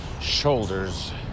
shoulders